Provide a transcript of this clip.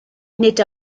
nid